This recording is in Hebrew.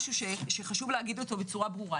חשוב לומר את זה בצורה ברורה.